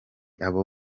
abo